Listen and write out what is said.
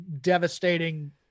devastating